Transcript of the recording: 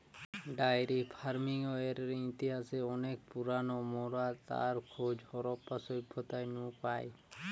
diary ফার্মিংয়ের ইতিহাস অনেক পুরোনো, মোরা তার খোঁজ হারাপ্পা সভ্যতা নু পাই